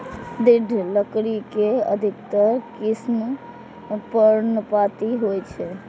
दृढ़ लकड़ी के अधिकतर किस्म पर्णपाती होइ छै